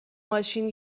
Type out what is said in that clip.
ماشین